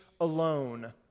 alone